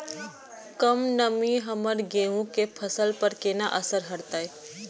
कम नमी हमर गेहूँ के फसल पर केना असर करतय?